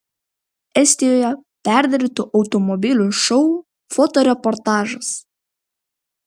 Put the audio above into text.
estijoje perdarytų automobilių šou fotoreportažas